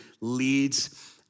leads